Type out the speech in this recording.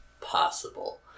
Possible